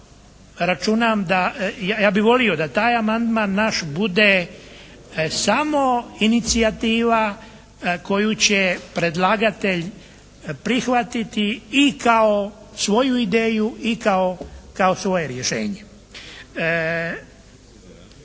ja bih volio da taj amandman naš bude samo inicijativa koju će predlagatelj prihvatiti i kao svoju ideju i kao svoje rješenje.